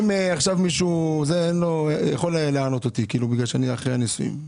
עכשיו מישהו יכול לענות אותי כי אני אחרי הנישואין.